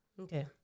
Okay